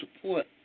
support